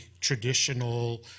traditional